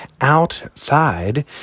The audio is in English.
outside